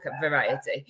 variety